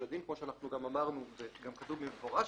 הדין כמו שאנחנו גם אמרנו וגם כתוב במפורש.